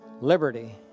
Liberty